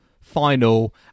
final